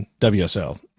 WSL